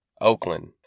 Oakland